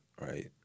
right